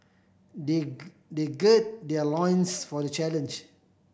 they they gird their loins for the challenge